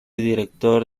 director